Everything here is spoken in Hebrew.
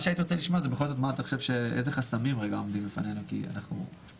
הייתי רוצה לשמוע איזה חסמים עומדים, לדעתך,